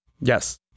Yes